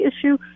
issue